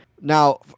Now